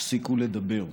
תפסיקו לדבר.